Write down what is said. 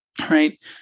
Right